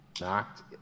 Knocked